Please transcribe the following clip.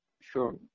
sure